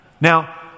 Now